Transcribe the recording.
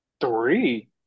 Three